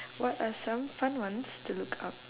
what are some fun ones to look up